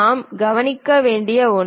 நாம் கவனிக்க வேண்டிய ஒன்று